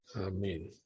Amen